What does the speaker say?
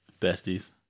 Besties